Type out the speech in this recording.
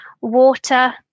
water